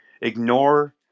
ignore